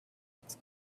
its